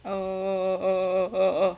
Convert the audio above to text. oh oh oh oh oh